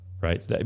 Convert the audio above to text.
right